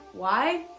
why?